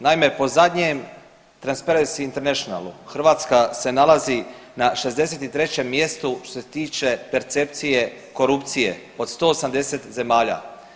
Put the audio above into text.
Naime, po zadnjem Transparency Internationalu, Hrvatska se nalazi na 63. mjestu što se tiče percepcije korupcije, od 180 zemalja.